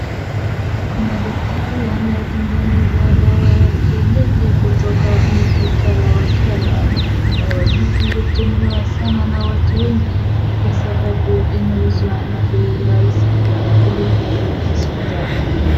Kuna daktari anayetengeneza dawa ya kienyeji kutoka miti kadha wa kadha. Dawa hizi hutumiwa sana na watu wengi kwa sababu inauzwa na bei rahisi kuliko ya hospitalini.